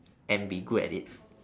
and be good at it